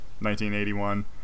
1981